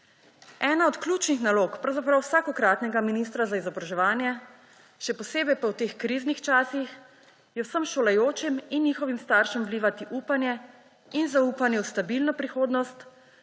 Ena od ključnih nalog pravzaprav vsakokratnega ministra za izobraževanje, še posebej pa v teh kriznih časih, je vsem šolajočim in njihovim staršem vlivati upanje in zaupanje v stabilno prihodnost